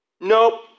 nope